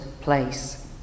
place